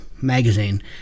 magazine